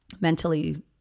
mentally